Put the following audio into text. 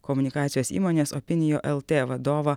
komunikacijos įmonės opinio lt vadovą